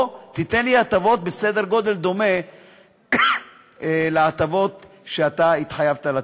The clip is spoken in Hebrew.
או תן לי הטבות בסדר גודל דומה להטבות שאתה התחייבת לתת.